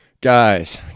guys